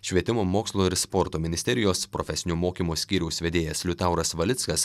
švietimo mokslo ir sporto ministerijos profesinio mokymo skyriaus vedėjas liutauras valickas